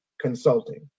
Consulting